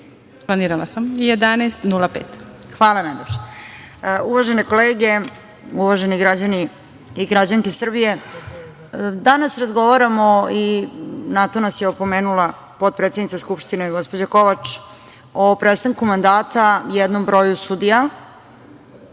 i pet sekundi.)Hvala najlepše. Uvažene kolege, uvaženi građani i građanke Srbije, danas razgovaramo i na to nas je opomenula potpredsednica Skupštine, gospođa Kovač, o prestanku mandata jednom broju sudija.